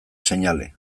seinale